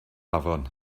afon